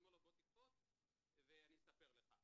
הוא אומר לו, בוא תקפוץ ואני אספר לך.